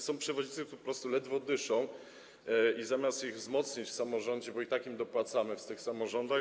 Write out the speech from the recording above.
Są przewoźnicy, którzy po prostu ledwo dyszą, i zamiast ich wzmocnić w samorządzie, bo i tak im dopłacamy w tych samorządach.